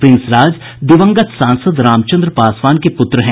Prince Raj दिवंगत सांसद रामचन्द्र पासवान के पुत्र हैं